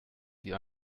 die